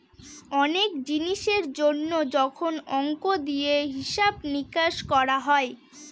অনেক জিনিসের জন্য যখন অংক দিয়ে হিসাব নিকাশ করা হয়